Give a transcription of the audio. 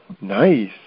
Nice